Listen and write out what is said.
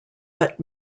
but